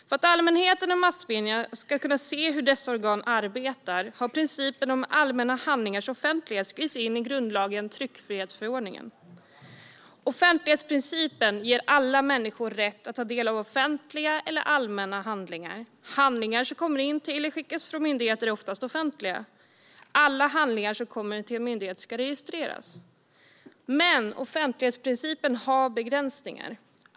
För att allmänheten och massmedierna ska kunna se hur dessa organ arbetar har principen om allmänna handlingars offentlighet skrivits in i grundlagen tryckfrihetsförordningen. Offentlighetsprincipen ger alla människor rätt att ta del av offentliga, eller allmänna, handlingar. Handlingar som kommer in till eller skickas ut från myndigheter är oftast offentliga. Alla handlingar som kommer till en myndighet ska registreras. Men offentlighetsprincipen har begränsningar.